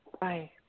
Bye